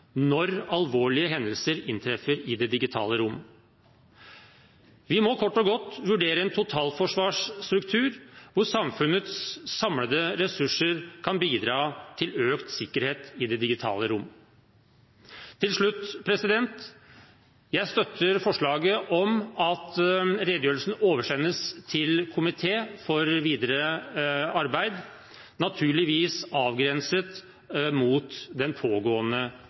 når alvorlige hendelser inntreffer i det digitale rom. Vi må kort og godt vurdere en totalforsvarsstruktur hvor samfunnets samlede ressurser kan bidra til økt sikkerhet i det digitale rom. Til slutt: Jeg støtter forslaget om at redegjørelsen oversendes justiskomiteen for videre arbeid, naturligvis avgrenset mot den pågående